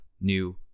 new